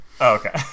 okay